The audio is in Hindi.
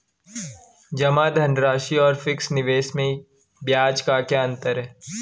जमा धनराशि और फिक्स निवेश में ब्याज का क्या अंतर है?